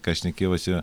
ką šnekėjo va čia